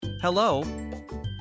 Hello